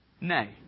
nay